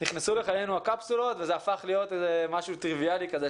נכנסו לחיינו הקפסולות וזה הפך להיות משהו טריוויאלי כזה,